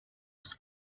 was